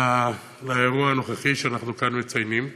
לאירוע הנוכחי, שאנחנו מציינים כאן.